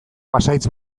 pasahitz